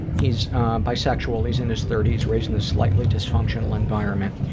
he's bisexual, he's in his thirties, raised in a slightly dysfunctional environment,